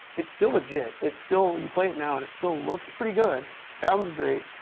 it's still legit. it's still you play it now, and it still looks pretty good, sounds great,